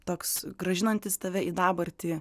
toks grąžinantis tave į dabartį